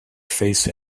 face